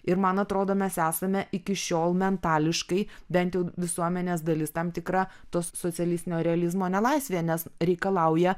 ir man atrodo mes esame iki šiol mentališkai bent jau visuomenės dalis tam tikra tos socialistinio realizmo nelaisvėje nes reikalauja